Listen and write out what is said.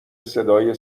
صدای